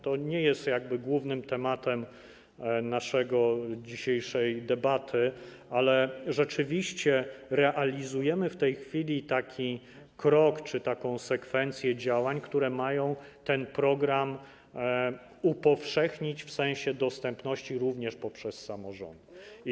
To nie jest głównym tematem naszej dzisiejszej debaty, ale rzeczywiście realizujemy w tej chwili taki krok czy taką sekwencję działań, które mają ten program upowszechnić w sensie dostępności również poprzez samorządy.